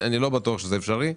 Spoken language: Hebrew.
אני לא בטוח שזה אפשרי.